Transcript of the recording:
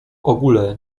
ogóle